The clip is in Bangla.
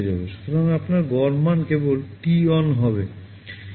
সুতরাং আপনার গড় মান কেবল t on হবে